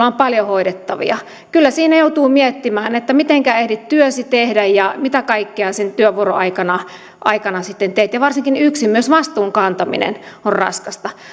on paljon hoidettavia kyllä siinä joutuu miettimään mitenkä ehdit työsi tehdä ja mitä kaikkea sen työvuoron aikana sitten teet ja varsinkin yksin myös vastuun kantaminen on raskasta